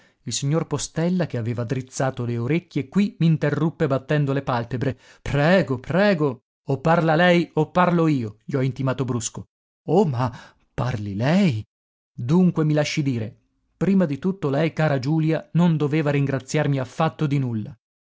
il signor postella che aveva drizzato le orecchie qui m'interruppe battendo le palpebre prego prego o parla lei o parlo io gli ho intimato brusco oh ma parli lei dunque mi lasci dire prima di tutto lei cara giulia non doveva ringraziarmi affatto di nulla